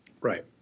Right